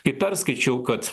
kai perskaičiau kad